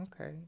Okay